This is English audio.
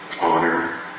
honor